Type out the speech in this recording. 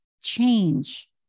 change